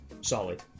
solid